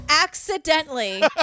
accidentally